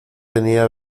tenía